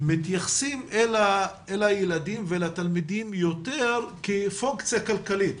מתייחסים אל הילדים ואל התלמידים יותר כפונקציה כלכלית,